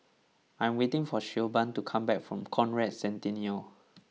I am waiting for Siobhan to come back from Conrad Centennial